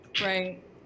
Right